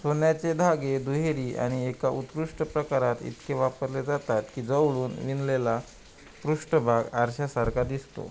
सोन्याचे धागे दुहेरी आणि एका उत्कृष्ट प्रकारात इतके वापरले जातात की जवळून विणलेला पृष्ठभाग आरशासारखा दिसतो